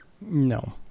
No